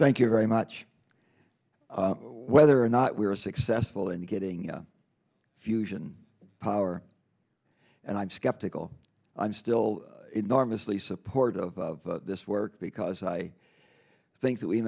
thank you very much whether or not we are successful in getting a fusion power and i'm skeptical i'm still enormously supportive of this work because i think that we